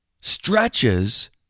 stretches